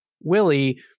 willie